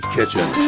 Kitchen